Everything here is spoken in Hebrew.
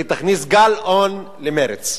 היא תכניס גל-און למרצ.